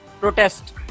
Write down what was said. protest